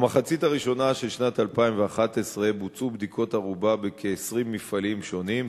במחצית הראשונה של שנת 2011 בוצעו בדיקות ארובה בכ-20 מפעלים שונים,